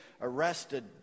arrested